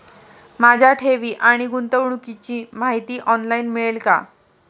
माझ्या ठेवी आणि गुंतवणुकीची माहिती ऑनलाइन मिळेल का?